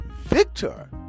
victor